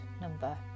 number